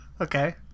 Okay